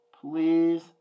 please